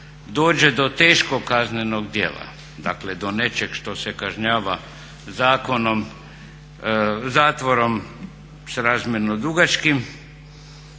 dođe do teškog kaznenom djela, dakle do nečeg što se kažnjava zakonom, zatvorom sa razmjerno dugačkim